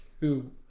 two